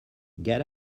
get